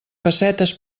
pessetes